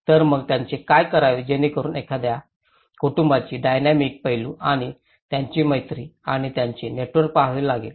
तर मग त्याचे काय करावे जेणेकरुन एखाद्यास कुटूंबाची डायनॅमिक पैलू आणि त्याची मैत्री आणि त्याचे नेटवर्क पहावे लागेल